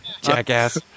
Jackass